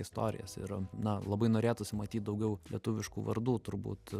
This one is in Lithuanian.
istorijas ir na labai norėtųsi matyt daugiau lietuviškų vardų turbūt